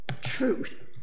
truth